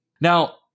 Now